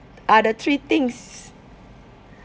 are the three things